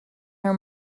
her